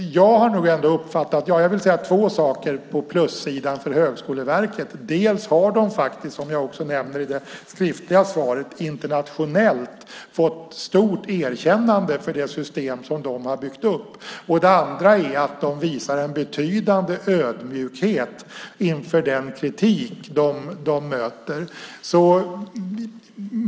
Jag vill säga två saker på plussidan för Högskoleverket. För det första har man, som jag också nämner i det skriftliga svaret, fått stort erkännande internationellt för det system man byggt upp. För det andra visar man en betydande ödmjukhet inför den kritik man möter.